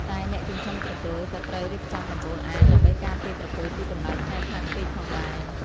តែអ្នកចិញ្ចឹមក្រពើក៏ត្រូវរៀបចំដំបូលអាងដើម្បីការពារក្រពើពីកម្ដៅថ្ងៃខ្លាំងពេកផងដែរ។